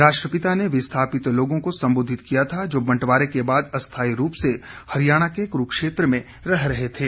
राष्ट्रपिता ने विस्थापित लोगों को संबोधित किया था जो बंटवारे के बाद अस्थायी रूप से हरियाणा के कुरूक्षेत्र में रह रहे थे